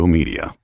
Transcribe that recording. Media